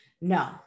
no